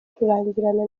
kurangirana